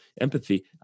empathy